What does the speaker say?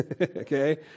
Okay